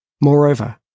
Moreover